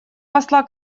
посла